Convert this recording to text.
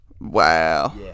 Wow